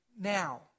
now